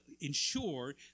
ensure